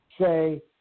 say